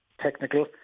technical